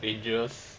pages